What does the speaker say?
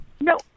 No